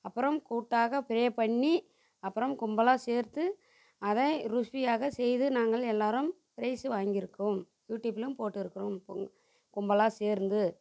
அப்புறம் கூட்டாக ப்ரே பண்ணி அப்புறம் கும்பலாக சேர்த்து அதை ருசியாக செய்து நாங்கள் எல்லாரும் ப்ரைஸு வாங்கி இருக்கோம் யூடியூப்லையும் போட்டு இருக்கோம் கும் கும்பலாக சேர்ந்து